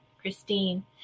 Christine